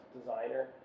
designer